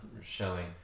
showing